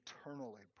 eternally